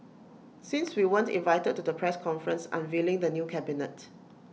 since we weren't invited to the press conference unveiling the new cabinet